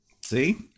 See